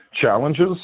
challenges